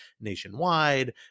nationwide